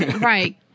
Right